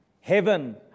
Heaven